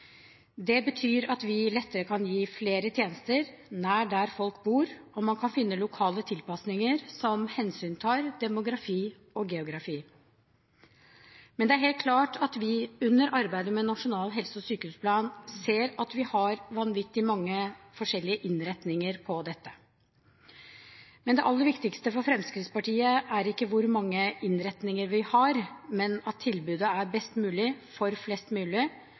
Det betyr at vi lettere kan gi flere tjenester nær der folk bor, og man kan finne lokale tilpasninger som hensyntar demografi og geografi. Men det er helt klart at vi under arbeidet med Nasjonal helse- og sykehusplan ser at vi har vanvittig mange forskjellige innretninger på dette. Det aller viktigste for Fremskrittspartiet er imidlertid ikke hvor mange innretninger vi har, men at tilbudet er best mulig for flest mulig,